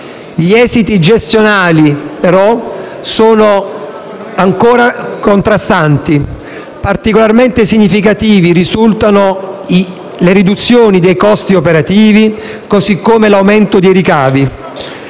Gli esiti gestionali, però, sono ancora contrastanti. Particolarmente significativi risultano le riduzioni dei costi operativi, così come l'aumento dei ricavi.